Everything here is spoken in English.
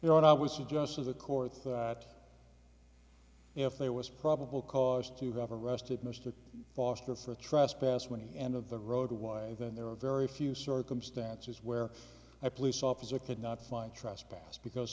you know and i was just as a court if there was probable cause to have arrested mr foster for trespass when end of the road why then there are very few circumstances where a police officer could not find trespass because